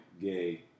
gay